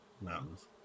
mountains